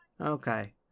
Okay